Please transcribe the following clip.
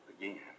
again